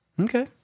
Okay